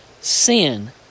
sin